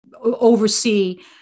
oversee